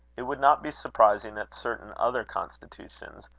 it would not be surprising that certain other constitutions,